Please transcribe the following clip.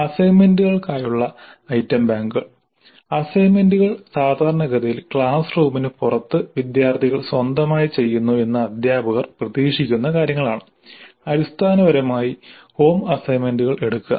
അസൈൻമെന്റുകൾക്കായുള്ള item ബാങ്കുകൾ അസൈൻമെന്റുകൾ സാധാരണഗതിയിൽ ക്ലാസ് റൂമിന് പുറത്ത് വിദ്യാർത്ഥികൾ സ്വന്തമായി ചെയ്യുന്നു എന്ന് അധ്യാപകർ പ്രതീക്ഷിക്കുന്ന കാര്യങ്ങളാണ് അടിസ്ഥാനപരമായി ഹോം അസൈൻമെന്റുകൾ എടുക്കുക